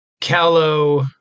callow